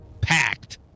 packed